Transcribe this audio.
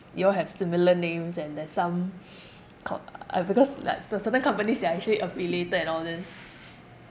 you all have similar names and there's some co~ uh because like cer~ certain companies they are actually affiliated and all this